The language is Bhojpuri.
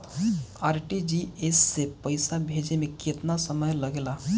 आर.टी.जी.एस से पैसा भेजे में केतना समय लगे ला?